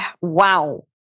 wow